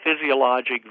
physiologic